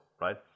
right